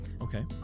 Okay